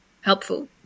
helpful